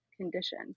condition